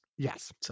Yes